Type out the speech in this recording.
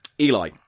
Eli